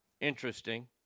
Interesting